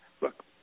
Look